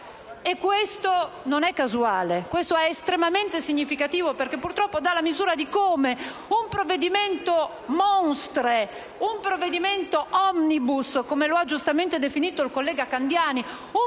e questo non è casuale, ma è estremamente significativo, perché purtroppo dà la misura di come questo sia un provvedimento *monstre*, un provvedimento *omnibus*, come lo ha giustamente definito il senatore Candiani,